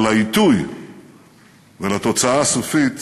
אבל לעיתוי ולתוצאה הסופית